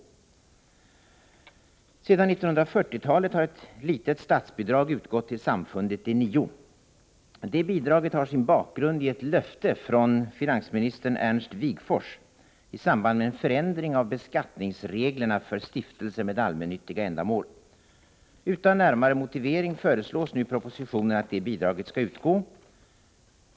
Sedan 1940-talet har ett litet statsbidrag utgått till Samfundet De nio. Detta bidrag har sin bakgrund i ett löfte från finansministern Ernst Wigforss i samband med en förändring av beskattningsreglerna för stiftelser med allmännyttiga ändamål. Utan närmare motivering föreslås nu i propositionen att detta bidrag skall utgå.